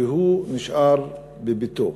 והוא נשאר בביתו.